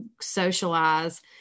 socialize